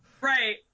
Right